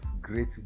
great